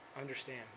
understand